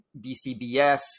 BCBS